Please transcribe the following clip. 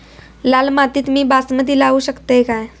लाल मातीत मी बासमती लावू शकतय काय?